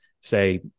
say